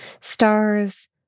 Stars